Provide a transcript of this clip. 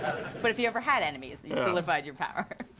but if you ever had enemies, you'd solidified your power.